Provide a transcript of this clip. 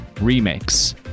Remakes